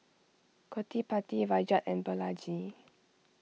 Gottipati Rajat and Balaji